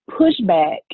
pushback